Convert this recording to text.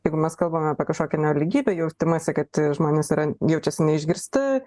jeigu mes kalbame apie kažkokią nelygybę jautimąsi kad žmonės yra jaučiasi neišgirsti